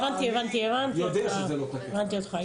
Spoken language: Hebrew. הבנתי אותך.